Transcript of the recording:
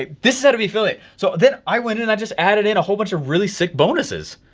this set of affiliate. so then i went and i just added in a whole bunch of really sick bonuses.